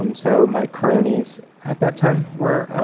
um so my cronies at that time were